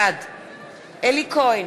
בעד אלי כהן,